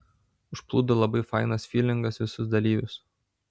užplūdo labai fainas fylingas visus dalyvius